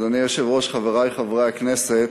אדוני היושב-ראש, חברי חברי הכנסת,